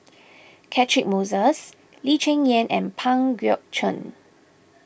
Catchick Moses Lee Cheng Yan and Pang Guek Cheng